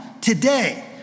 today